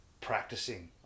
practicing